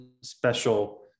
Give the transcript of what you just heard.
special